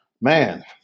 Man